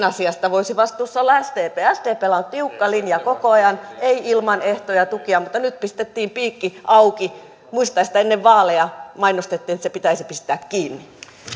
asiasta voisi vastuussa olla sdp sdpllä on ollut tiukka linja koko ajan ei ilman ehtoja tukia mutta nyt pistettiin piikki auki muistaisin että ennen vaaleja mainostettiin että se pitäisi pistää kiinni